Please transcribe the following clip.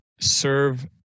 serve